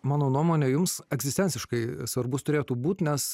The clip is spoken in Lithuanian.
mano nuomone jums egzistenciškai svarbus turėtų būt nes